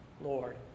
Lord